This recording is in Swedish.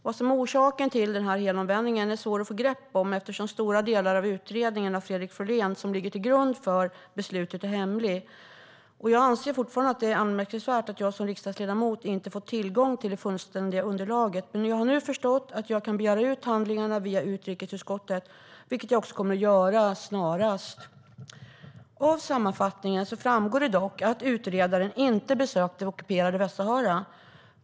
Vad som är orsaken till denna helomvändning är svårt att få grepp om, eftersom stora delar av utredningen av Fredrik Florén, som ligger till grund för beslutet, är hemliga. Jag anser fortfarande att det är anmärkningsvärt att jag som riksdagsledamot inte har fått tillgång till det fullständiga underlaget. Jag förstår nu att jag kan begära ut handlingarna via utrikesutskottet, vilket jag också kommer att göra snarast. Av sammanfattningen framgår dock att utredaren inte har besökt det ockuperade Västsahara.